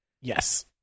Yes